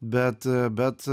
bet bet